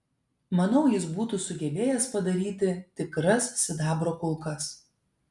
manau jis būtų sugebėjęs padaryti tikras sidabro kulkas